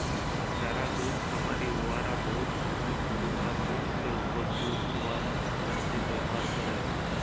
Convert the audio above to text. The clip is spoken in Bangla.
যারা দুহুদ খামারি উয়ারা বহুত সময় গরু এবং মহিষদের উপর দুহুদ দুয়ালোর মেশিল ব্যাভার ক্যরে